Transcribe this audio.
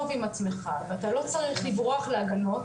עם עצמך ואתה לא צריך לברוח להגנות,